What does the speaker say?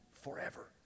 forever